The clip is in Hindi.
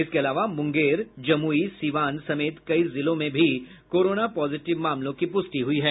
इसके अलावा मुंगेर जमुई सीवान समेत कई जिलों में भी कोरोना पॉजिटिव मामलों की पुष्टि हुई है